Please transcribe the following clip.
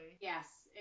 yes